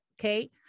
okay